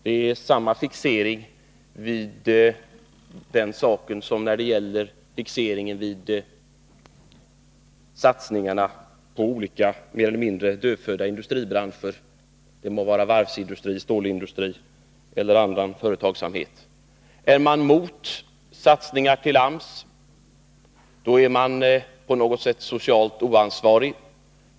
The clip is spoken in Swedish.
Det är samma fixering vid den saken som vid frågan om att satsa på olika mer eller mindre dödfödda industribranscher — det må vara varvseller stålindustri eller annan företagsamhet. Är man mot satsningar på AMS, är man på något sätt socialt oansvarig.